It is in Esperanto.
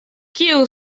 kiu